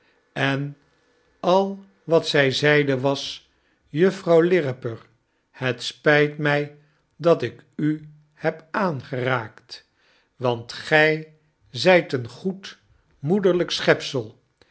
en al wat zij zeide was juffrouw lirriper het spijt mij dat ik uheb aan geraakt want gij zijt een goed moederlijk schepsel